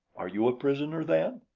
are you a prisoner, then?